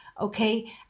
okay